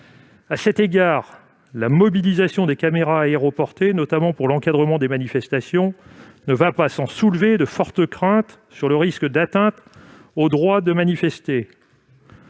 À cet égard, la mobilisation de caméras aéroportées, notamment pour l'encadrement des manifestations, ne va pas sans soulever de fortes craintes sur le risque d'atteinte au droit de manifester.